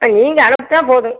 நீங்கள் அனுப்பிச்சா போதுங்க